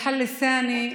הסיבה השנייה,